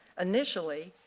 initially,